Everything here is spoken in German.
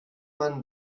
man